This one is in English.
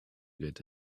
get